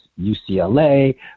UCLA